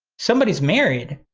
somebody's married.